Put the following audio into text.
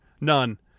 None